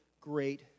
great